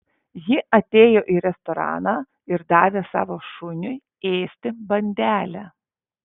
ji atėjo į restoraną ir davė savo šuniui ėsti bandelę